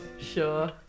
sure